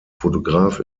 fotograf